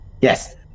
Yes